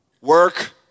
work